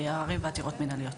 בעררים ועתירות מינהליות.